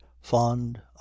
fond